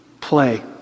Play